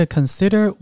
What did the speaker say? Consider